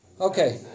Okay